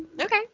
Okay